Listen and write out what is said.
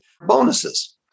bonuses